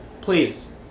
please